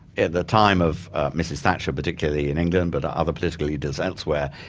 at the time of mrs thatcher, particularly in england, but other political leaders elsewhere,